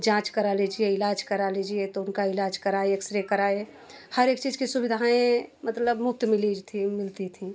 जाँच करा लीजिए इलाज़ करा लीजिए तो उनका इलाज़ कराए एक्स रे कराए हर एक चीज़ की सुविधाएँ मतलब मुफ़्त मिली थी मिलती थीं